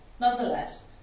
Nonetheless